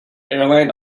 airline